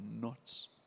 knots